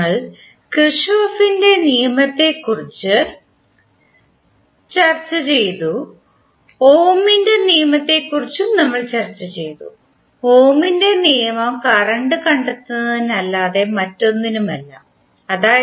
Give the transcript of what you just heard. നമ്മൾ കിർചോഫിന്റെKirchhof's നിയമത്തെക്കുറിച്ച് ചർച്ചചെയ്തു ഓമിന്റെohm's law നിയമത്തെക്കുറിച്ചും നമ്മൾ ചർച്ചചെയ്തു ഓമിന്റെ നിയമം കറന്റ് കണ്ടെത്തുന്നത് അല്ലാതെ മറ്റൊന്നും അല്ല അതായത്